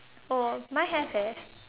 oh mine have eh